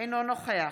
אינו נוכח